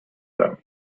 them